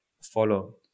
follow